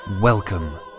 Welcome